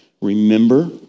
remember